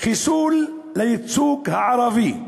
חיסול לייצוג הערבי.